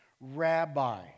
Rabbi